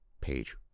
page